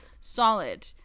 solid